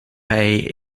bay